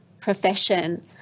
profession